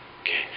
Okay